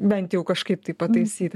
bent jau kažkaip tai pataisyt